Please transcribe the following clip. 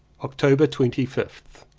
october twenty fifth.